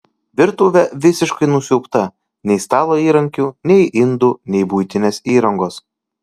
virtuvė visiškai nusiaubta nei stalo įrankių nei indų nei buitinės įrangos